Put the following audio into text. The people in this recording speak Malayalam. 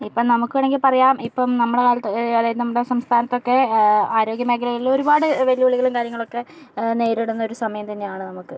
ഇപ്പം നമുക്ക് വേണമെങ്കിൽ പറയാം ഇപ്പം നമ്മുടെ കാലത്ത് അതായത് നമ്മുടെ സംസ്ഥാനത്തൊക്കെ ആരോഗ്യ മേഖലകളിൽ ഒരുപാട് വെല്ലുവിളികളും കാര്യങ്ങളൊക്കെ നേരിടുന്ന ഒരു സമയം തന്നെയാണ് നമക്ക്